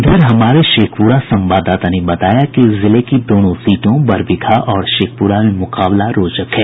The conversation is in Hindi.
इधर हमारे शेखपुरा संवाददाता ने बताया कि जिले की दोनों सीटों बरबीघा और शेखपुरा में मुकाबला रोचक है